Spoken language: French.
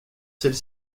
celle